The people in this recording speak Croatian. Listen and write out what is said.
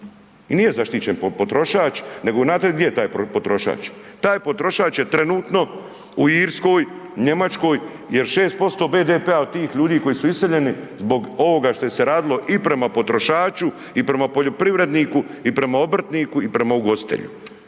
I nije zaštićen potrošač, nego znate gdje je taj potrošač? Taj potrošač je trenutno u Irskoj, Njemačkoj jer 6% BDP-a od tih ljudi koji su iseljeni zbog ovoga što je se radilo i prema potrošaču i prema poljoprivredniku i prema obrtniku i prema ugostitelju.